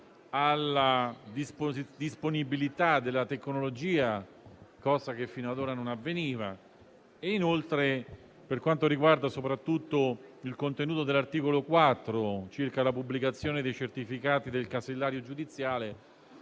alla disponibilità della tecnologia, cosa che fino ad ora non era avvenuto. Inoltre, per quanto riguarda soprattutto il contenuto dell'articolo 4 circa la pubblicazione dei certificati del casellario giudiziale,